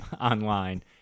online